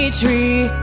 tree